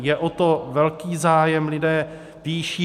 Je o to velký zájem, lidé píší.